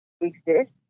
exist